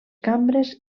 cambres